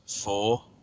four